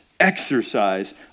exercise